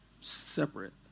Separate